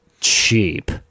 cheap